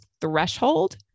threshold